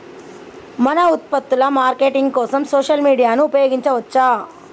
మన ఉత్పత్తుల మార్కెటింగ్ కోసం సోషల్ మీడియాను ఉపయోగించవచ్చా?